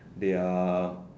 they are